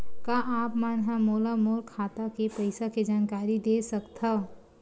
का आप मन ह मोला मोर खाता के पईसा के जानकारी दे सकथव?